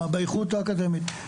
באיכות האקדמית.